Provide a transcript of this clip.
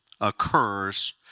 occurs